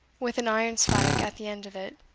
with an iron spike at the end of it,